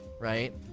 Right